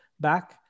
back